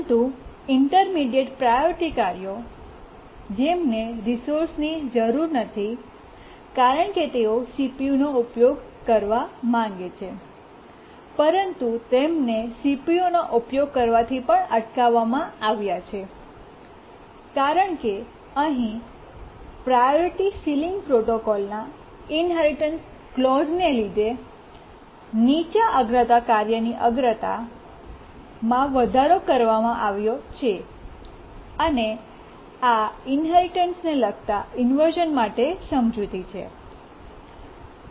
પરંતુ intermediate priority કાર્યો છે જેમને રિસોર્સની જરૂર નથી કારણ કે તેઓ CPU નો ઉપયોગ કરવા માગે છે પરંતુ સીપીયુનો ઉપયોગ કરવાથી પણ અટકાવવામાં આવ્યા છે કારણ કે અહીં પ્રાયોરિટી સીલીંગ પ્રોટોકોલના ઇન્હેરિટન્સ ક્લૉજ઼ને લીધે નીચા અગ્રતા કાર્યની અગ્રતા માં વધારો કરવામાં આવ્યો છે અને આ ઇન્હેરિટન્સને લગતા ઇન્વર્શ઼ન માટે સમજૂતી છે